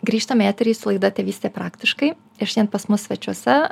grįžtam į eterį su laida tėvystė praktiškai ir šian pas mus svečiuose